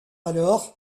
alors